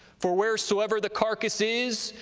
for wheresoever the carcase is,